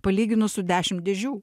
palyginus su dešimt dėžių